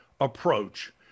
approach